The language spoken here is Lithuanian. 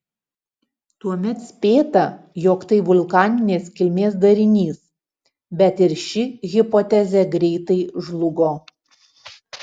tuomet spėta jog tai vulkaninės kilmės darinys bet ir ši hipotezė greitai žlugo